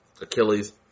Achilles